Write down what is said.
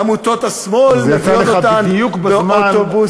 עמותות השמאל מביאות אותם באוטובוסים.